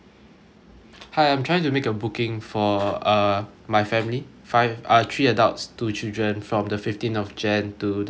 hi I'm trying to make a booking for uh my family five uh three adults two children from the fifteenth of jan to the twentieth of jan